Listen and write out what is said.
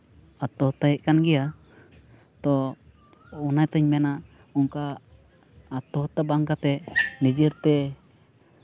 ᱟᱛᱛᱚᱦᱚᱛᱛᱟᱭᱮᱫ ᱠᱟᱱ ᱜᱮᱭᱟ ᱛᱚ ᱚᱱᱟᱛᱤᱧ ᱢᱮᱱᱟ ᱚᱱᱠᱟ ᱟᱛᱛᱚᱦᱚᱛᱛᱷᱟ ᱵᱟᱝ ᱠᱟᱛᱮᱫ ᱱᱤᱡᱮᱨ ᱛᱮ